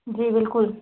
जी बिल्कुल